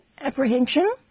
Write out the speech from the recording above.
apprehension